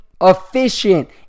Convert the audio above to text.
efficient